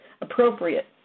appropriate